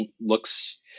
looks